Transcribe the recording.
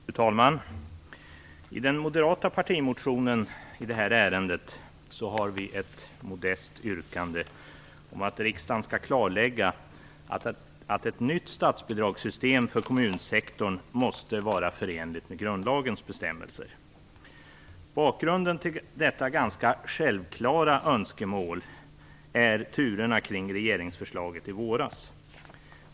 Fru talman! I den moderata partimotionen i detta ärende har vi ett modest yrkande om att riksdagen skall klarlägga att ett nytt statsbidragssystem för kommunsektorn måste vara förenligt med grundlagens bestämmelser. Bakgrunden till detta ganska självklara önskemål är turerna kring regeringsförslaget i våras.